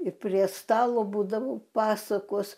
ir prie stalo būdavo pasakos